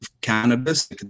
cannabis